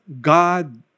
God